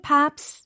Pops